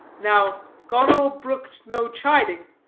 now goneril brooked no chiding.